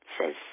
says